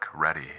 ready